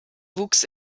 wuchs